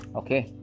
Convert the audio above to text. okay